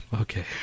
Okay